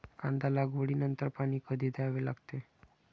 कांदा लागवडी नंतर पाणी कधी द्यावे लागते?